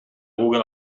google